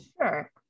Sure